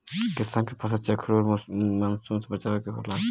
किसानन के फसल चेखुर आउर मुसन से बचावे के होला